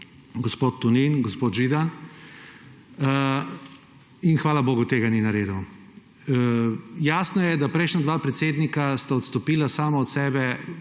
gospod Tonin, gospod Židan, in, hvala bogu, tega ni naredil. Jasno je, da sta prejšnja dva predsednika odstopila sama od sebe